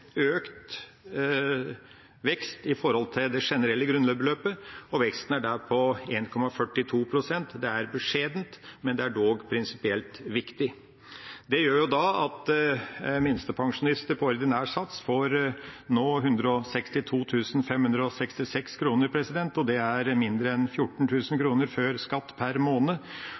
økt vekst i forhold til det generelle grunnbeløpet, og veksten er på 1,42 pst. Det er beskjedent, men det er dog prinsipielt viktig. Det gjør at minstepensjonister på ordinær sats nå får 162 566 kr, og det er mindre enn